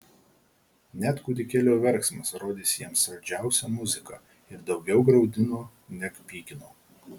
net kūdikėlio verksmas rodėsi jiems saldžiausia muzika ir daugiau graudino neg pykino